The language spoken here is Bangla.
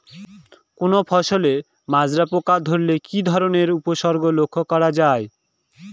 কোনো ফসলে মাজরা পোকা ধরলে কি ধরণের উপসর্গ লক্ষ্য করা যায়?